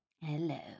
Hello